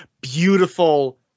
beautiful